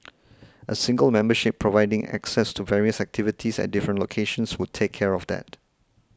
a single membership providing access to various activities at different locations would take care of that